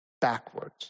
backwards